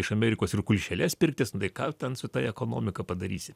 iš amerikos ir kulšeles pirktis nu tai ką ten su taj ekonomika padarysi